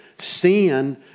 sin